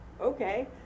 okay